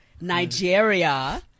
Nigeria